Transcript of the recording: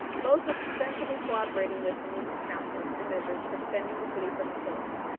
both ostensibly co-operating with him in his councils and measures for defending the city from achillas.